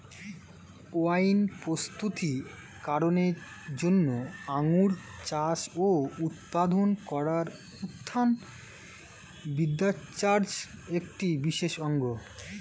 wine প্রস্তুতি করনের জন্য আঙুর চাষ ও উৎপাদন করা উদ্যান বিদ্যাচর্চার একটি বিশেষ অঙ্গ